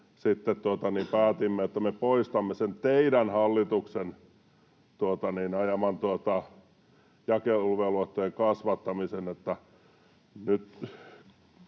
päätimme, että me poistamme sen teidän hallituksenne ajaman jakeluvelvoitteen kasvattamisen.